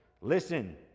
Listen